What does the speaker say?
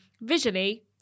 visually